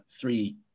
three